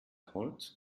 holz